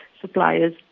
suppliers